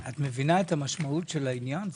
את מבינה את משמעות העניין?